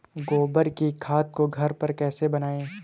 गोबर की खाद को घर पर कैसे बनाएँ?